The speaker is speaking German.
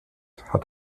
hat